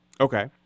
Okay